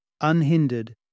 Unhindered